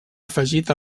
afegit